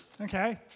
Okay